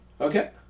Okay